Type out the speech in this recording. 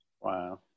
Wow